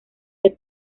que